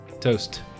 Toast